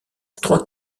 trois